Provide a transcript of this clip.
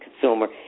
consumer